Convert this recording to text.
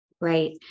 Right